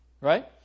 Right